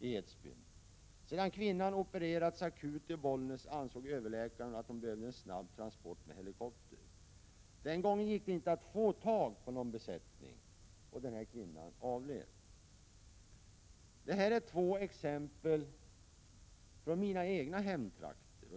i Edsbyn. Sedan kvinnan opererats akut i Bollnäs ansåg överläkaren att hon behövde snabb transport med helikopter. Den gången gick det inte att få tag på någon besättning, och kvinnan avled. Det här var två exempel från mina egna hemtrakter.